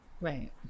right